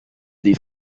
des